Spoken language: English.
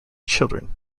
children